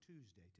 Tuesday